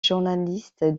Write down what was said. journaliste